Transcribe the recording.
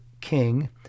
king